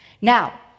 Now